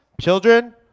Children